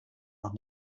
noch